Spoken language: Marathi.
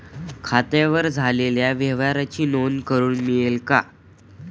खात्यावर झालेल्या व्यवहाराची नोंद करून मिळेल का?